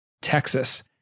Texas